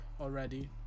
already